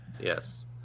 Yes